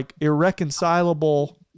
irreconcilable